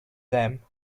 them